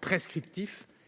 prescriptive